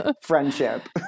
friendship